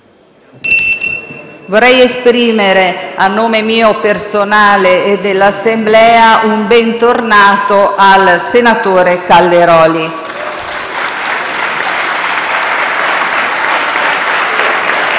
Vorrei esprimere, a nome mio personale e dell'Assemblea, un bentornato al senatore Calderoli.